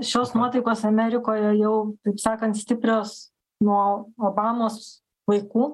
šios nuotaikos amerikoje jau taip sakant stiprios nuo obamos laikų